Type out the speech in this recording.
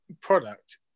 product